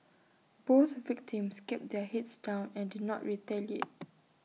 both victims kept their heads down and did not retaliate